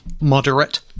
Moderate